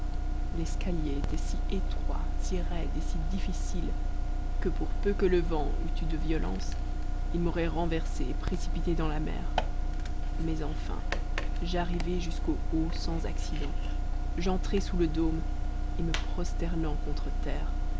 l'escalier était si étroit si raide et si difficile que pour peu que le vent eût eu de violence il m'aurait renversé et précipité dans la mer mais enfin j'arrivai jusqu'au haut sans accident j'entrai sous le dôme et me prosternant contre terre